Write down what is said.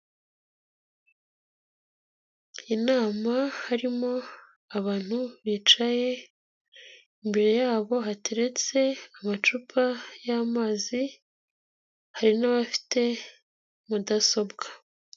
Inama harimo abantu bicaye, imbere yabo hateretse amacupa y'amazi, hari n'abafite mudasobwa.